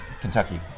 Kentucky